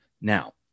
Now